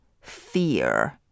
fear